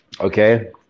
Okay